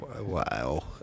Wow